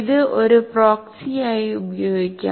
ഇത് ഒരു പ്രോക്സിയായി ഉപയോഗിക്കാം